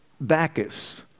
Bacchus